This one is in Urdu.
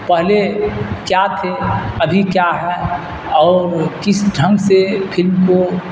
پہلے کیا تھے ابھی کیا ہیں اور کس ڈھنگ سے پھلم کو